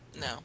No